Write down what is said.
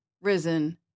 risen